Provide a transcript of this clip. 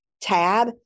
tab